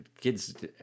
kids